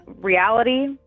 reality